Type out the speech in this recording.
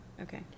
Okay